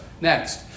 Next